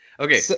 Okay